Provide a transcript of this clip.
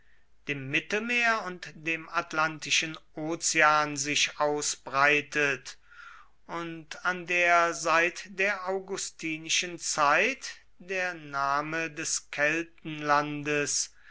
dem mittelmeer und dem atlantischen ozean sich ausbreitet und an der seit der augustinischen zeit der name des